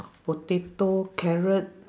potato carrot